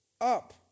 up